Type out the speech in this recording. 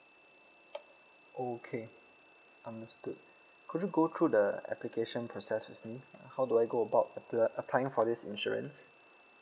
okay understood could you go through the application process with me uh how do I go about appl~ applying for this insurance